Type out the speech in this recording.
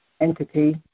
entity